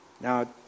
Now